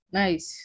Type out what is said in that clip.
nice